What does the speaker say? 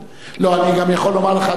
אני גם יכול לומר לך,